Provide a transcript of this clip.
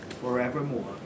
forevermore